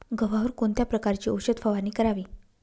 गव्हावर कोणत्या प्रकारची औषध फवारणी करावी?